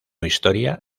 historia